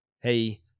Hey